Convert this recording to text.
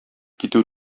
китү